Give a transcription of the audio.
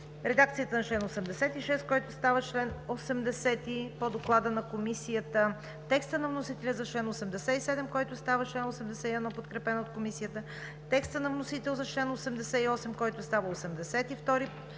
редакцията на чл. 86, който става чл. 80 по Доклада на Комисията; текста на вносителя за чл. 87, който става чл. 81, подкрепен от Комисията; текста на вносителя за чл. 88, който става чл.